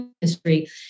history